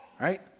Right